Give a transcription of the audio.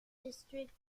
district